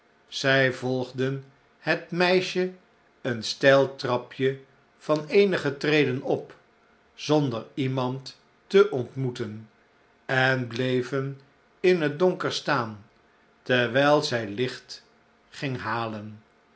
zij volgden het meisje een steil trapje van eenige treden op zonder iemand te ontmoeten en bleven in het donker staan terwijl zij licht ging halen